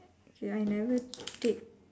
ya I never take